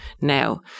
now